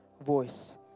voice